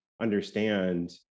understand